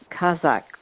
Kazakh